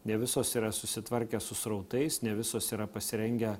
ne visos yra susitvarkę su srautais ne visos yra pasirengę